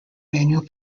manual